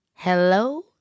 Hello